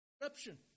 Corruption